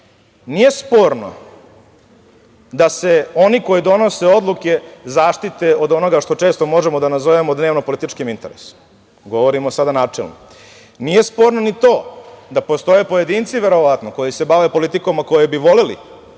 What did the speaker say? Nije sporno da se oni koji donose odluke, zaštite od onoga što često možemo da nazovemo dnevno političkim interesom, govorimo sada načelno. Nije sporno ni to da postoje pojedinci, verovatno koji se bave politikom, a koji bi voleli,